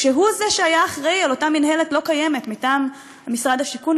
כשהוא זה שהיה אחראי לאותה מינהלת לא קיימת מטעם משרד השיכון,